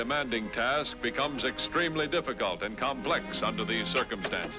demanding task becomes extremely difficult and complex under these circumstances